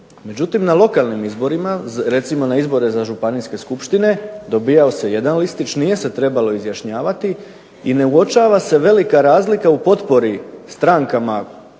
Međutim, na lokalnim izborima, recimo na izbore za županijske skupštine dobijao se jedan listić. Nije se trebalo izjašnjavati i ne uočava se velika razlika u potpori strankama